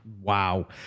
Wow